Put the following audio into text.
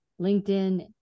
LinkedIn